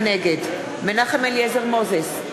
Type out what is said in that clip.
נגד מנחם אליעזר מוזס,